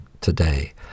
today